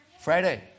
Friday